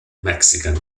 mexican